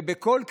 ובכל קריאה,